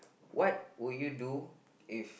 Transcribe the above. what would you do if